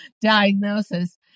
diagnosis